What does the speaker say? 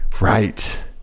right